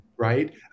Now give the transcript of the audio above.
Right